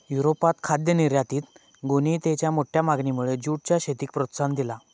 युरोपात खाद्य निर्यातीत गोणीयेंच्या मोठ्या मागणीमुळे जूटच्या शेतीक प्रोत्साहन दिला